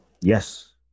yes